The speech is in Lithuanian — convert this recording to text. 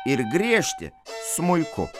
ir griežti smuiku